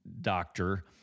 doctor